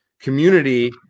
community